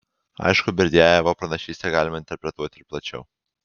aišku berdiajevo pranašystę galima interpretuoti ir plačiau